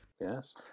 Yes